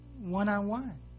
one-on-one